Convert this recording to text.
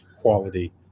quality